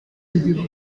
lugubre